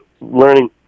learning